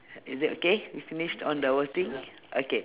is it okay we finished on the whole thing okay